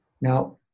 Now